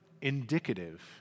indicative